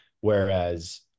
whereas